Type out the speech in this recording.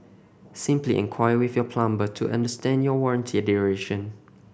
simply enquire with your plumber to understand your warranty duration